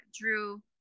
drew